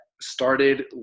started